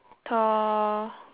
tall